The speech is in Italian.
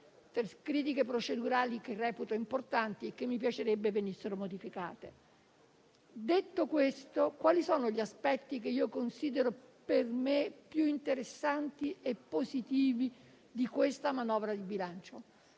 critiche procedurali che reputo importanti e che mi piacerebbe venissero ascoltate. Detto questo, quali sono gli aspetti che considero più interessanti e positivi di questa manovra di bilancio?